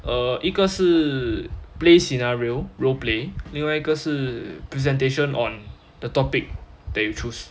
err 一个是 play scenario roleplay 另外一个是 presentation on the topic they choose